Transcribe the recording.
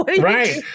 Right